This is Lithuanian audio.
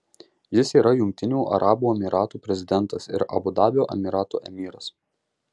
jis yra jungtinių arabų emyratų prezidentas ir abu dabio emyrato emyras